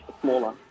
smaller